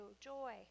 joy